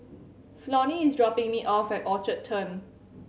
Flonnie is dropping me off at Orchard Turn